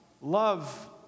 love